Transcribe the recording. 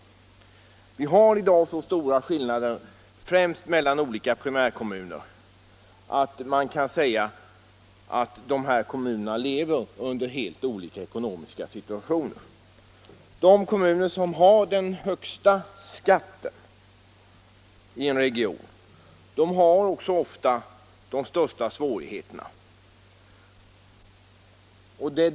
Det finns i dag så stora skillnader främst mellan olika primärkommuner att man kan säga att dessa kommuner lever under helt olika ekonomiska villkor. De kommuner som har den högsta skatten i en region har också ofta de största svårigheterna.